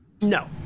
No